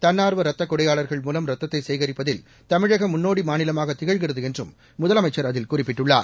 தள்ளா்வ ரத்த கொடையாளா்கள் மூலம் ரத்தத்தை சேகிப்பதில் தமிழகம் முன்னோடி மாநிலமாக திகழ்கிறது என்றும் முதலமைச்சர் அதில் குறிப்பிட்டுள்ளார்